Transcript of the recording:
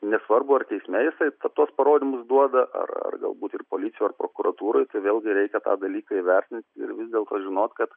nesvarbu ar teisme jisai tuos parodymus duoda ar ar galbūt ir policijoj ar prokuratūroj tai vėlgi reikia tą dalyką įvertinti ir vis dėlto žinot kad